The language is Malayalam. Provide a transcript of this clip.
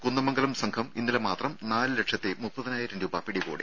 കുന്ദമംഗലം സംഘം ഇന്നലെ മാത്രം നാലു ലക്ഷത്തി മുപ്പതിനായിരം രൂപ പിടികൂടി